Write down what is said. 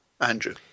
Andrew